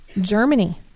Germany